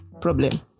problem